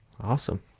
Awesome